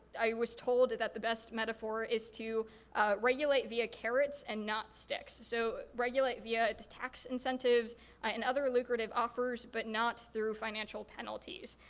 i was told that the best metaphor is too regulate via carrots and not sticks. so regulate via the tax incentives and other lucrative offers, but not through financial penalties.